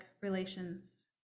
relations